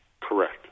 Correct